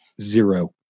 zero